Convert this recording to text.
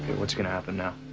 what's gonna happen now?